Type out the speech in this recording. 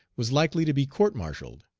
was likely to be court-martialed.